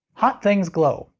hot things glow.